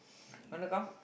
want to come